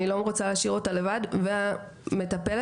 ואני רואה את זה בדיווחים בתוך הרשתות החברתיות,